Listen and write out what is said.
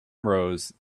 rose